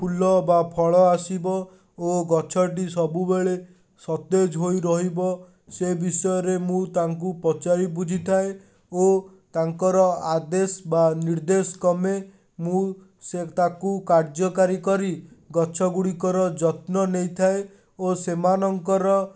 ଫୁଲ ବା ଫଳ ଆସିବ ଓ ଗଛଟି ସବୁବେଳେ ସତେଜ୍ ହୋଇ ରହିବ ସେ ବିଷୟରେ ମୁଁ ତାଙ୍କୁ ପଚାରି ବୁଝିଥାଏ ଓ ତାଙ୍କର ଆଦେଶ୍ ବା ନିର୍ଦ୍ଦେଶ କ୍ରମେ ମୁଁ ସେ ତାକୁ କାର୍ଯ୍ୟକାରୀ କରି ଗଛ ଗୁଡ଼ିକର ଯତ୍ନ ନେଇଥାଏ ଓ ସେମାନଙ୍କର